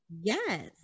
Yes